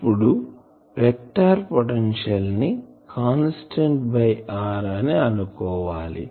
ఇప్పుడు vector potential ని constant by r అని అనుకోవాలి